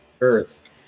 Earth